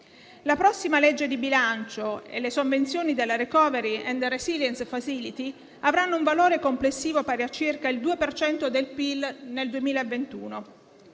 La prossima legge di bilancio e le sovvenzioni del *recovery and resilience facility* avranno un valore complessivo pari a circa il 2 per cento del PIL nel 2021;